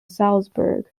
salzburg